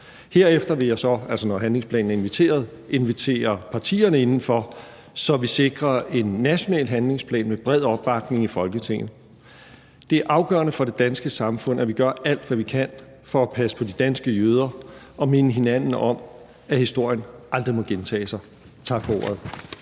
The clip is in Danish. Herefter vil jeg så, altså når handlingsplanen er præsenteret, invitere partierne indenfor, så vi sikrer en national handlingsplan med bred opbakning i Folketinget. Det er afgørende for det danske samfund, at vi gør alt, hvad vi kan, for at passe på de danske jøder og minde hinanden om, at historien aldrig må gentage sig. Tak for ordet.